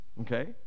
Okay